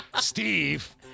Steve